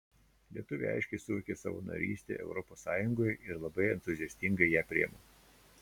lietuviai aiškiai suvokė savo narystę europos sąjungoje ir labai entuziastingai ją priima